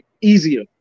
easier